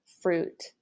fruit